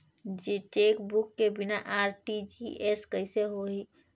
Chequebook के बिना RTGS कइसे होही?